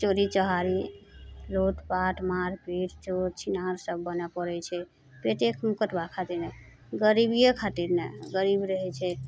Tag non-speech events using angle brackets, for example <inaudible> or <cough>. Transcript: चोरी चोहारी लूटपाट मारिपीट चोर छिनार सभ बनऽ पड़य छै पेटे <unintelligible> खातिर ने गरीबिये खातिर ने गरीब रहय छै